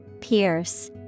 Pierce